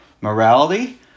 Morality